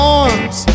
arms